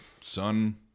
son